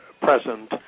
present